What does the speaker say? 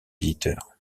éditeur